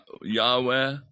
Yahweh